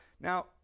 Now